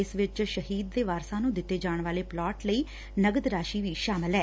ਇਸ ਵਿਚ ਸ਼ਹੀਦ ਦੇ ਵਾਰਸਾ ਨੂੰ ਦਿੱਤੇ ਜਾਣ ਵਾਲੇ ਪਲਾਟ ਲਈ ਨਗਦ ਰਾਸ਼ੀ ਵੀ ਸ਼ਾਮਲ ਐ